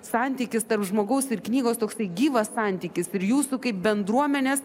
santykis tarp žmogaus ir knygos toksai gyvas santykis ir jūsų kaip bendruomenės